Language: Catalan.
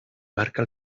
marca